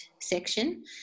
section